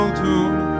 tomb